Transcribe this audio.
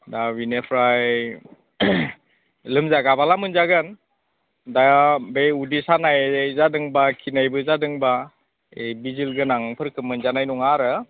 दा बेनिफ्राय लोमजागाब्ला मोनजागोन दा बै उदै सानाय जादोंबा खिनायबो जादोंबा ओइ बिजुलगोनांफोरखौ मोनजानाय नङा आरो